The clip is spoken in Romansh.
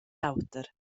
auter